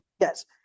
Yes